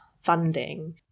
funding